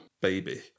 baby